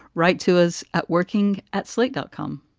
write to us at working at slate, dotcom